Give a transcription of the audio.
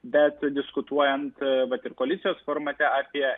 bet diskutuojant vat ir koalicijos formate apie